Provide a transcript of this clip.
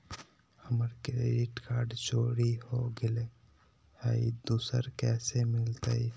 हमर credit card चोरी हो गेलय हई, दुसर कैसे मिलतई?